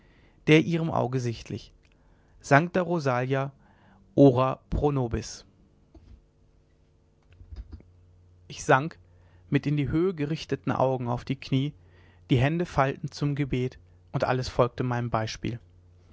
der ihrem auge sichtlich sancta rosalia ora pro nobis ich sank mit in die höhe gerichteten augen auf die knie die hände faltend zum gebet und alles folgte meinem beispiel